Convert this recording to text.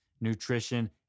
nutrition